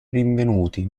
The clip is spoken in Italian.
rinvenuti